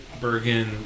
Bergen